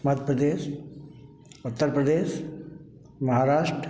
मध प्रदेश उत्तर प्रदेश महाराष्ट्र